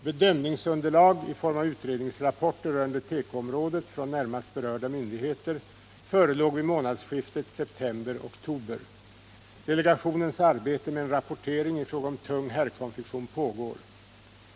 Bedömningsunderlag i form av utredningsrapporter rörande tekoområdet från närmast berörda myndigheter förelåg vid månadsskiftet september-oktober. Delegationens arbete med en rapportering i fråga om tung herrkonfektion pågår.